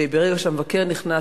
וברגע שהמבקר נכנס,